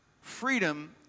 freedom